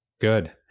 good